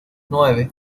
nueve